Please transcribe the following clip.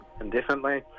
indefinitely